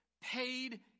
paid